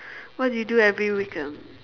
what do you do every weekend